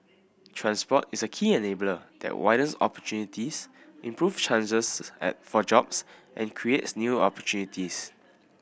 transport is a key enabler that widens opportunities improves chances and for jobs and creates new opportunities